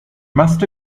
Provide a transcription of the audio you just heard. must